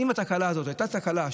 אם התקלה הזאת הייתה תקלה,